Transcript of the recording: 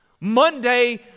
Monday